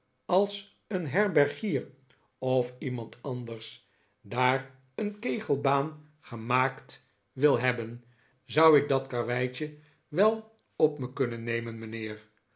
als een herbergier of iemand anders daar een kegelbaan gemaakt wil hebben zou ik dat karweitje wel op me kunnen nemen mijnheer